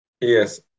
Yes